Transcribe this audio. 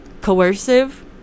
coercive